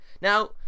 Now